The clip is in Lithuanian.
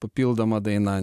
papildoma daina nežinau